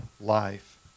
life